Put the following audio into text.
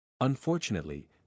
Unfortunately